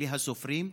בלי הסופרים,